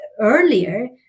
earlier